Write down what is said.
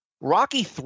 Rocky